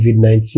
COVID-19